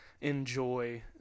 enjoy